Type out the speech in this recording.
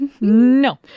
No